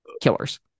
killers